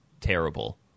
terrible